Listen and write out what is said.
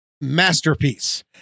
masterpiece